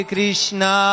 Krishna